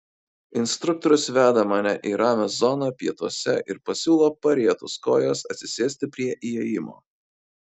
instruktorius veda mane į ramią zoną pietuose ir pasiūlo parietus kojas atsisėsti prie įėjimo